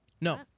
No